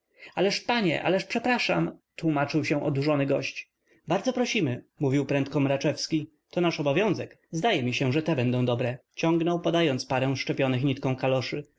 ależ panie ależ przepraszam tłómaczył się odurzony gość bardzo prosimy mówił prędko mraczewski to nasz obowiązek zdaje mi się że te będą dobre ciągnął podając parę zczepionych nitką kaloszy